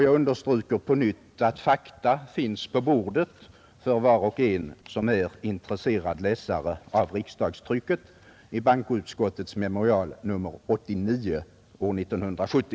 Jag understryker på nytt att fakta finns på bordet, för var och en som är intresserad läsare av riksdagstrycket, i bankutskottets memorial nr 89 år 1970.